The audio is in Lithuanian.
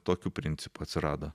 tokiu principu atsirado